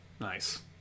Nice